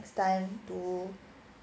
next time to